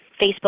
Facebook